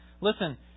listen